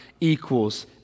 equals